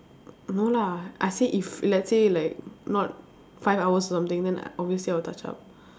no lah I say if let's say like not five hours or something then obviously I will touch up